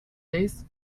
days